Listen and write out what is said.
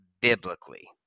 Biblically